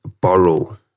borrow